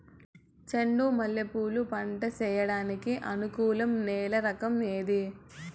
చెండు మల్లె పూలు పంట సేయడానికి అనుకూలం నేల రకం ఏది